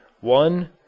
One